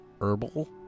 herbal